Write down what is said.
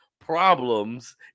problems